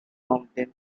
mountain